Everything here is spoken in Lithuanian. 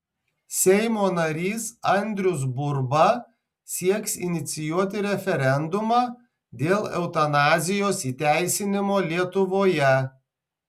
seimo narys andrius burba sieks inicijuoti referendumą dėl eutanazijos įteisinimo lietuvoje